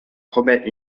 promets